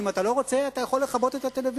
ואם אתה לא רוצה אתה יכול לכבות את הטלוויזיה,